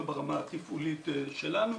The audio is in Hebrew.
לא ברמה התפעולית שלנו,